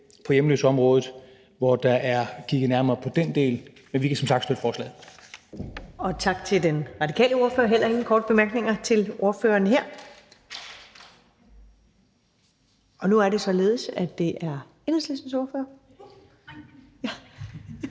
på hjemløseområdet, hvor der er kigget nærmere på den del. Men vi kan som sagt støtte forslaget.